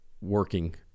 working